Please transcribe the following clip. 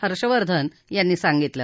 हर्षवर्धन यांनी सांगितलं